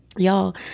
Y'all